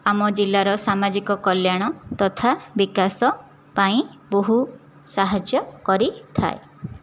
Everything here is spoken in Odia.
ଆମ ଜିଲ୍ଲାର ସାମାଜିକ କଲ୍ୟାଣ ତଥା ବିକାଶ ପାଇଁ ବହୁ ସାହାଯ୍ୟ କରିଥାଏ